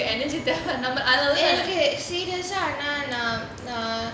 eh okay serious ah நான் நான்:naan naan